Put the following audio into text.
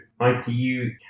ITU